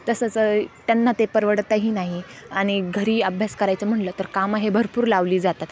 तसंच त्यांना ते परवडतही नाही आणि घरी अभ्यास करायचं म्हटलं तर कामं हे भरपूर लावली जातात